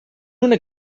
una